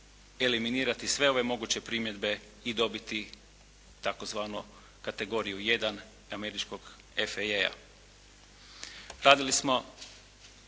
eliminirati sve ove moguće primjedbe i dobiti tzv. kategoriju jedan američkog …